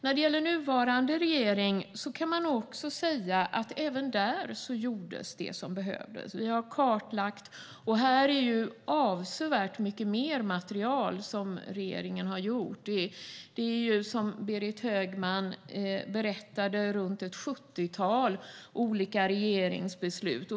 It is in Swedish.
När det gäller nuvarande regering kan man nog säga att även den gjorde det som behövdes. Vi har kartlagt det som regeringen har gjort, och här är det avsevärt mycket mer material. Det är som Berit Högman berättade runt ett sjuttiotal olika regeringsbeslut.